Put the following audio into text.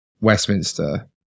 westminster